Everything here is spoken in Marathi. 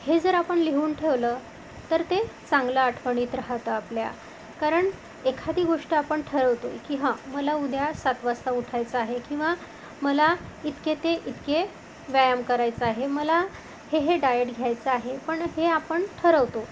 हे जर आपण लिहून ठेवलं तर ते चांगलं आठवणीत राहतं आपल्या कारण एखादी गोष्ट आपण ठरवतो की हां मला उद्या सात वाजता उठायचं आहे किंवा मला इतके ते इतके व्यायाम करायचं आहे मला हे हे डायेट घ्यायचं आहे पण हे आपण ठरवतो